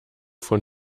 von